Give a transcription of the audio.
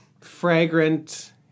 fragrant